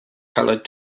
colored